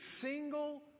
single